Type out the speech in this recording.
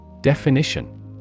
Definition